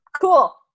Cool